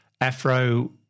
Afro